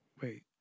wait